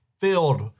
filled